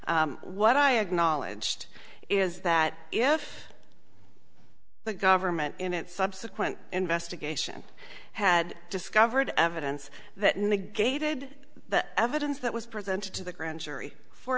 what i acknowledged is that if the government in its subsequent investigation had discovered evidence that negated the evidence that was presented to the grand jury for